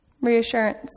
Reassurance